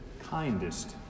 kindest